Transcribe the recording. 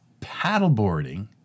paddleboarding